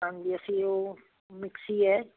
ਹਾਂਜੀ ਅਸੀਂ ਉਹ ਮਿਕਸੀ ਹੈ